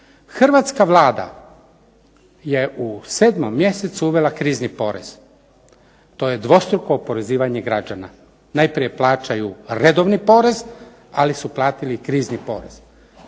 Hrvatska Vlada je u sedmom mjesecu uvela krizni porez. To je dvostruko oporezivanje građana. Najprije plaćaju redovni porez, ali su platili i krizni porez.